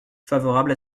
favorable